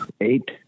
eight